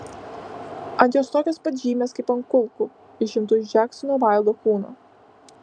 ant jos tokios pat žymės kaip ant kulkų išimtų iš džeksono vaildo kūno